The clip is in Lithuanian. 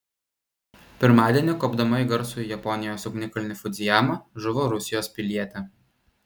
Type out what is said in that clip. pirmadienį kopdama į garsųjį japonijos ugnikalnį fudzijamą žuvo rusijos pilietė